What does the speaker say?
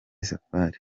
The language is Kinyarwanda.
safari